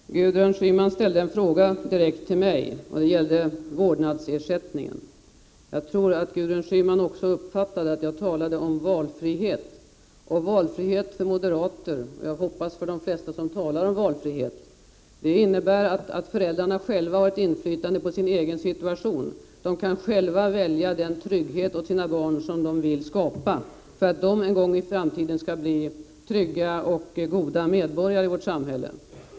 Herr talman! Gudrun Schyman ställde en fråga direkt till mig. Den gällde vårdnadsersättningen. Jag tror att Gudrun Schyman uppfattade att jag talade om valfrihet. Och valfrihet för oss moderater, och jag hoppas för de flesta som talar om valfrihet, innebär att föräldrarna själva har ett inflytande på sin egen situation. De kan själva välja den trygghet åt sina barn som de vill skapa för att barnen en gång i framtiden skall bli trygga och goda medborgare i vårt samhälle.